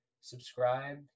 Subscribe